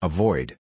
Avoid